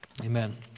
Amen